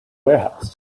warehouse